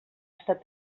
estat